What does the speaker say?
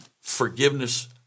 forgiveness